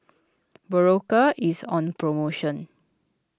Berocca is on promotion